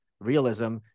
realism